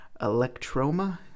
Electroma